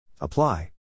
Apply